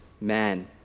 man